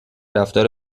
رفتار